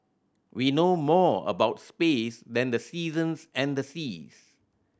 we know more about space than the seasons and the seas